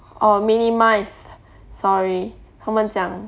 or minimise sorry 他们讲